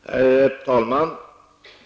Herr talman!